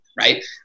right